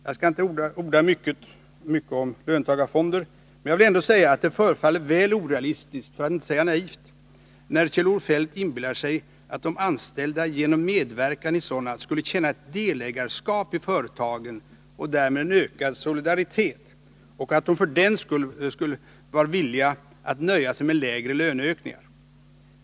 Jag skall inte orda mycket om löntagarfonder, men jag vill ändå säga att det förefaller väl orealistiskt — för att inte säga naivt — när Kjell-Olof Feldt inbillar sig att de anställda genom medverkan i sådana skulle känna delägarskap i företagen och därmed en ökad solidaritet, och att de för den skull var villiga att nöja sig med lägre löneökningar.